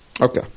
Okay